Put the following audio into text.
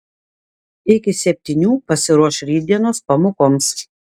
iki septynių pasiruoš rytdienos pamokoms